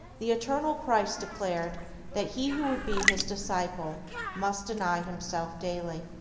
the eternal christ declared that he who would be his disciple must deny himself daily.